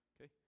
Okay